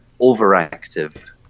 overactive